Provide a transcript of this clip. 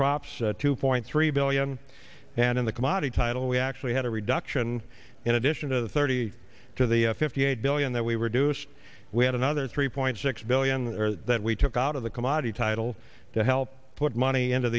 crops two point three billion and in the commodity title we actually had a reduction in addition to the thirty to the fifty eight billion that we reduced we had another three point six billion that we took out of the commodity title to help put money into